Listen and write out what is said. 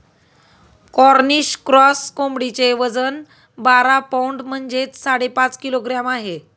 Cornish cross कोंबडीचे वजन बारा पौंड म्हणजेच साडेपाच किलोग्रॅम आहे